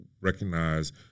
recognize